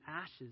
ashes